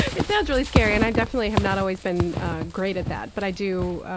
it. it sounds really scary and i definitely have not always been great at that, but i do